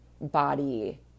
body